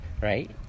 Right